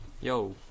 Yo